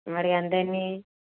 మరి ఎంతయింది